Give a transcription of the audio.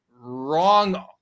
Wrong